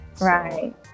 Right